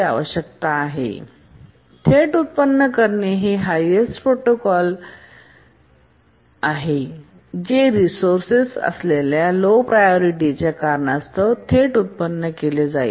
थेट उत्पन्न करणे हे हायेस्ट प्रायोरिटी टास्क आहे जे रिसोर्सेस स असणार्या लो प्रायोरिटीच्या कारणास्तव थेट उत्पन्न केले जाईल